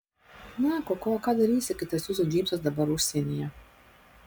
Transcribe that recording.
na koko ką darysi kai tas jūsų džeimsas dabar užsienyje